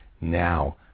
Now